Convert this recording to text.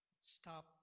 stop